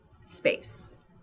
space